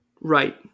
Right